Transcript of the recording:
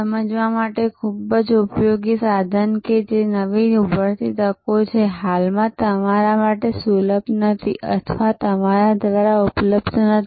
સમજવા માટે ખૂબ જ ઉપયોગી સાધન કે જે નવી ઉભરતી તકો છે જે હાલમાં તમારા માટે સુલભ નથી અથવા તમારા દ્વારા ઉપલબ્ધ નથી